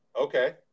okay